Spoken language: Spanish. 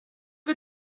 que